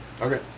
Okay